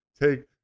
Take